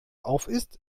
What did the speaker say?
aufisst